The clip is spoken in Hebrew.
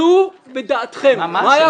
עלו בדעתכם מה היה